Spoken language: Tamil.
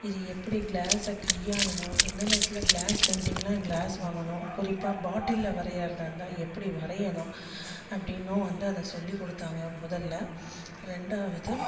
இதை எப்படி க்ளாஸை கையாளணும் எந்தெந்த இடத்தில் க்ளாஸ் பெயிண்டிங்கில் க்ளாஸ் வாங்கணும் குறிப்பாக பாட்டிலில் வரைகிறதா இருந்தால் எப்படி வரையணும் அப்படின்னும் வந்து அதை சொல்லிக் கொடுத்தாங்க முதலில் ரெண்டாவது